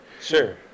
Sure